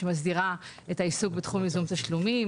שמסדירה את העיסוק בתחום ייזום תשלומים,